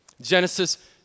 Genesis